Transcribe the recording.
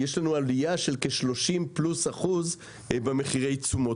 יש לנו עלייה של כ-30% פלוס במחירי תשומות.